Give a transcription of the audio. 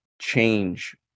change